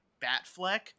Batfleck